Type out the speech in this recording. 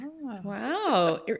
wow